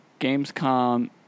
Gamescom